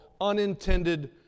unintended